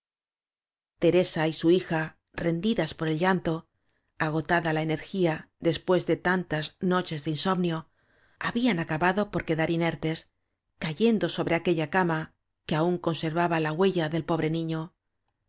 teresa y su hija rendidas por el llanto agotada la energía después de tantas noches de insomnio habían acabado por quedar inertes lo cayendo sobre aquella ca ma que aún conservaba la huella del pobre niño